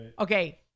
Okay